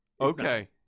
Okay